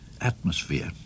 atmosphere